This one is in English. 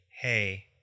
Hey